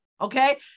okay